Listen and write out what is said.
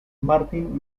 martin